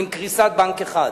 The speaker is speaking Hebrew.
קריסת בנק אחד?